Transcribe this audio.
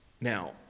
Now